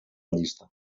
llista